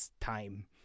time